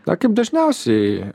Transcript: na kaip dažniausiai